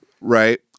Right